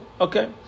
Okay